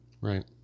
Right